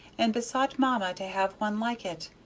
and besought mamma to have one like it.